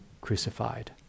crucified